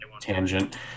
tangent